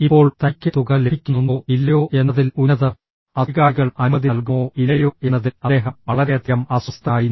ഇപ്പോൾ തനിക്ക് തുക ലഭിക്കുന്നുണ്ടോ ഇല്ലയോ എന്നതിൽ ഉന്നത അധികാരികൾ അനുമതി നൽകുമോ ഇല്ലയോ എന്നതിൽ അദ്ദേഹം വളരെയധികം അസ്വസ്ഥനായിരുന്നു